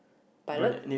pilot